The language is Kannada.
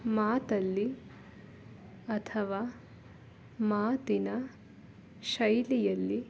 ಮಾತಲ್ಲಿ ಅಥವಾ ಮಾತಿನ ಶೈಲಿಯಲ್ಲಿ